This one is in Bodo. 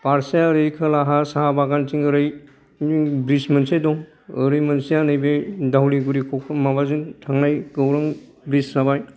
फारसेया ओरै खोलाहा साहा बागानथिं ओरै ब्रिदज मोनसे दं ओरै मोनसेया नैबे दावलिगुरि माबाजों थांनाय गौरां ब्रिदज जाबाय